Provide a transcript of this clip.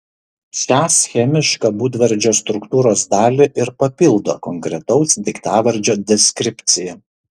šią schemišką būdvardžio struktūros dalį ir papildo konkretaus daiktavardžio deskripcija